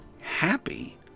Happy